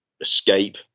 escape